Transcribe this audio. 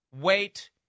wait